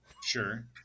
sure